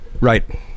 right